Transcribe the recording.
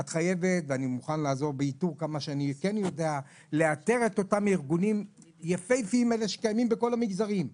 אני מוכן לעזור באיתור אותם ארגונים יפהפיים שקיימים בכל המגזרים,